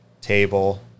table